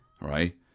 right